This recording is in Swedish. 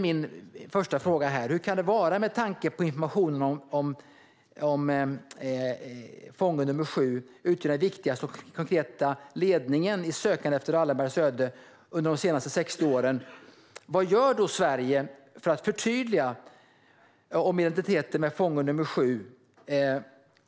Med tanke på att informationen om fånge nr 7 utgör den viktigaste konkreta ledtråd i sökandet efter Wallenbergs öde som har tillkommit under de senaste 60 åren vill jag fråga: Vad gör Sverige för att få tydlighet om identiteten hos fånge nr 7?